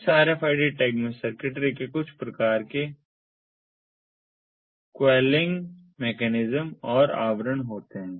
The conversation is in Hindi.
इस RFID टैग में सर्किटरी में कुछ प्रकार के क्वाईलिंग मेकैनिज्म और आवरण होते हैं